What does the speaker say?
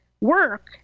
work